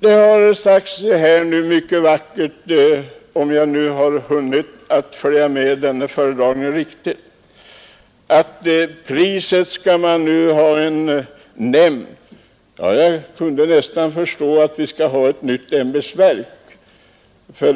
Det har sagts mycket vackert — om jag hann följa med föredragningen riktigt — om att man skulle ha en nämnd för priset. Jag kunde nästan förstå att man skall ha ett nytt ämbetsverk, för